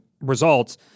results